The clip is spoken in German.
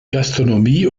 gastronomie